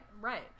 right